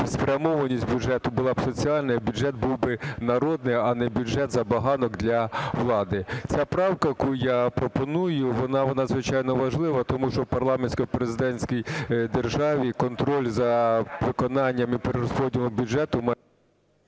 і спрямованість бюджету була б соціальна, і бюджет був би народний, а не бюджет забаганок для влади. Ця правка, яку я пропоную, вона надзвичайно важлива, тому що в парламентсько-президентській державі контроль за виконанням і перерозподілом бюджету…